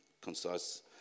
concise